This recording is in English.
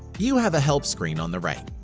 you have a help screen on the right.